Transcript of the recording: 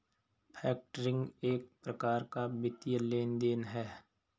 factoring एक प्रकार का वित्तीय लेन देन है